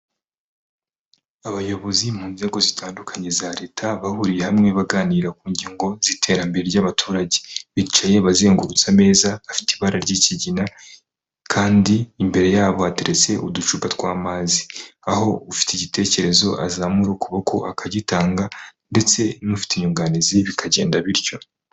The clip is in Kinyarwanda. Abayobozi mu nzego zitandukanye za leta, bahuriye hamwe baganira ku ngingo z'iterambere ry'abaturage. Bicaye bazengurutse ameza, afite ibara ry'ikigina kandi imbere yabo hateretse uducupa tw'amazi. Aho ufite igitekerezo azamura ukuboko akagitanga ndetse n'ufite inyunganizi bikagenda bityo.